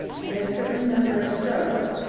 and a certain number of strokes,